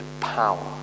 power